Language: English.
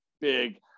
big